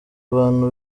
abantu